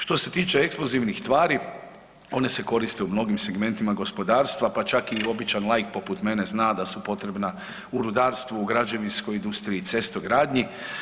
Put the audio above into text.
Što se tiče eksplozivnih tvari, one se koriste u mnogim segmentima gospodarstva, pa čak i običan laik poput mene zna da su potrebna u rudarstvu, u građevinskoj industriji i cestogradnji.